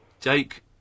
Jake